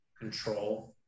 control